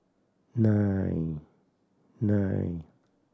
nine nine